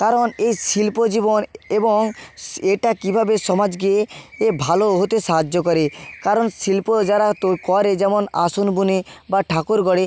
কারণ এই শিল্প জীবন এবং এটা কীভাবে সমাজকে এ ভালো হতে সাহায্য করে কারণ শিল্প যারা তো করে যেমন আসন বোনে বা ঠাকুর গড়ে